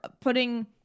putting